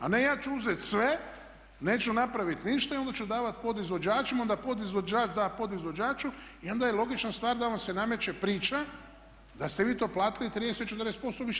A ne ja ću uzeti sve, neću napraviti ništa i onda ću davati podizvođačima, onda podizvođač da podizvođaču i onda je logična stvar da vam se nameće priča da ste vi to platili 30, 40% više.